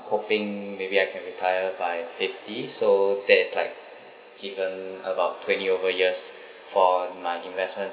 hoping maybe I can retire by fifty so that like given about twenty over years for my investments